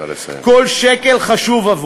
כל שקל חשוב.